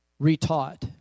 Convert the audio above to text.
retaught